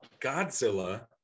Godzilla